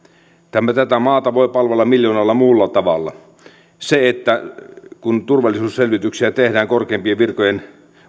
mitenkään tätä maata voi palvella miljoonalla muulla tavalla kun turvallisuusselvityksiä tehdään korkeimpien virkojen